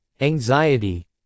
Anxiety